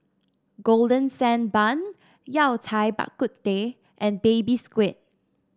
Golden Sand Bun Yao Cai Bak Kut Teh and Baby Squid